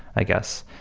i guess,